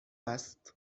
است